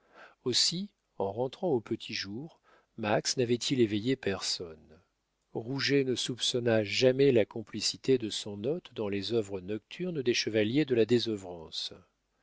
aussi en rentrant au petit jour max n'avait-il éveillé personne rouget ne soupçonna jamais la complicité de son hôte dans les œuvres nocturnes des chevaliers de la désœuvrance vers